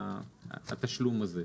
התשלום הזה.